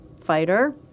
fighter